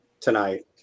tonight